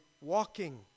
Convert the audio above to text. walking